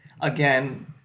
again